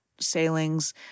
sailings